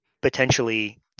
potentially